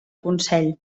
consell